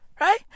Right